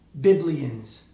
Biblians